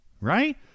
right